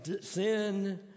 sin